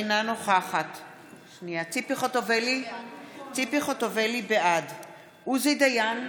אינה נוכחת ציפי חוטובלי, בעד עוזי דיין,